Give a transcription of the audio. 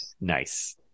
Nice